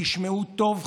תשמעו טוב,